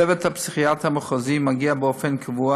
צוות הפסיכיאטר המחוזי מגיע באופן קבוע